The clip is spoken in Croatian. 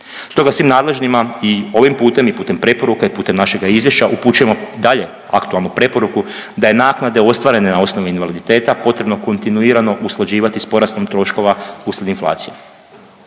Stoga svim nadležnima i ovim putem i putem preporuka i putem našega izvješća upućujemo i dalje aktualnu preporuku da je naknade ostvarene na osnovi invaliditeta potrebno kontinuirano usklađivati s porastom troškova uslijed inflacije.